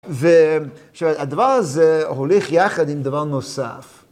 והדבר הזה הולך יחד עם דבר נוסף.